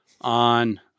on